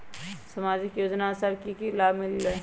समाजिक योजनानुसार कि कि सब लाब मिलीला?